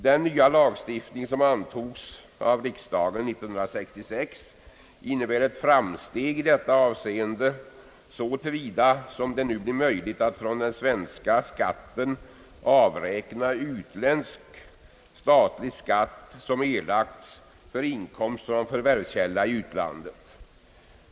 Den nya lagstiftning, som antogs av riksdagen 1966, innebär ett framsteg i detta avseende så till vida som det nu blir möjligt att från den svenska skatten avräkna utländsk statlig skatt som erlagts för inkomst från förvärvskälla i utlandet.